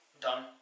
done